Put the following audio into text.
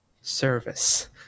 service